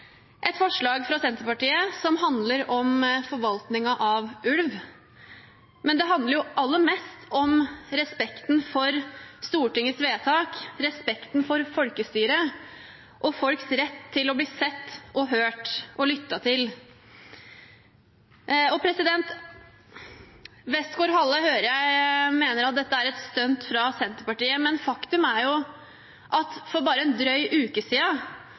et forslag fra Senterpartiet som handler om forvaltningen av ulv, men det handler aller mest om respekten for Stortingets vedtak, respekten for folkestyret og folks rett til å bli sett, hørt og lyttet til. Jeg hører at Westgaard-Halle mener dette er et stunt fra Senterpartiet, men faktum er at det for bare en drøy uke